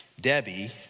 Debbie